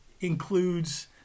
includes